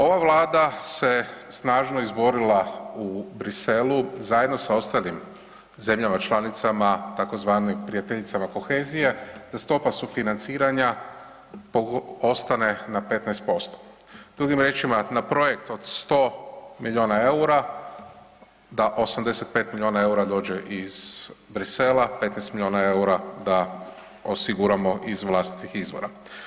Ova Vlada se snažno izborila u Bruxellesu zajedno sa ostalim zemljama članicama tzv. prijateljicama kohezije, da stopa sufinanciranja ostane na 15%, drugim riječima na projekt od 100 milijuna eura da 85 milijuna eura dođe iz Bruxellesa, 15 milijuna eura da osiguramo iz vlastitih izvora.